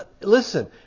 Listen